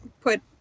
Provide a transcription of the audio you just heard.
put